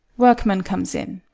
workman comes in.